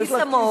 וכיס עמוק.